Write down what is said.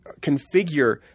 configure